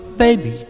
baby